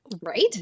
Right